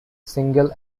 single